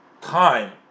time